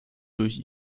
durch